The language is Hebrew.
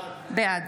בעד